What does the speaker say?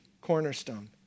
cornerstone